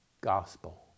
gospel